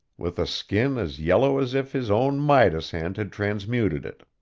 with a skin as yellow as if his own midas-hand had transmuted it.